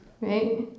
Right